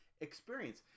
experience